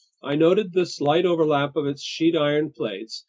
i noted the slight overlap of its sheet-iron plates,